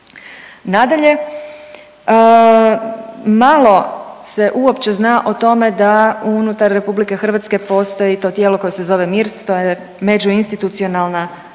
Nadalje, malo se uopće zna o tome da unutar Republike Hrvatske postoji to tijelo koje se zove MIRS, to je međuinstitucionalna radna